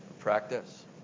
practice